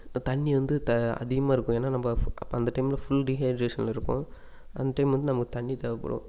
இந்த தண்ணி வந்து த அதிகமாக இருக்கும் ஏன்னா நம்ம ஃப் அப்ப அந்த டைமில் ஃபுல் டிஹைட்ரேஷனில் இருப்போம் அந்த டைம் வந்து நமக்கு தண்ணி தேவைப்படும்